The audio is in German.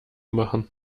machen